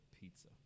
pizza